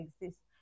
exists